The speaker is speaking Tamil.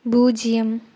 பூஜ்ஜியம்